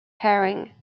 herring